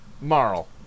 Marl